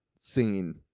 scene